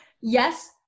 yes